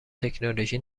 تکنولوژی